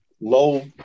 Low